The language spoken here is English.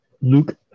Luke